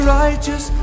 righteous